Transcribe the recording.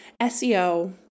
SEO